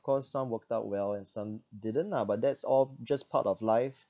course some worked out well and some didn't lah but that's all just part of life